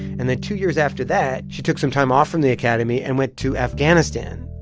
and then two years after that, she took some time off from the academy and went to afghanistan,